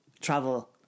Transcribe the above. travel